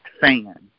fan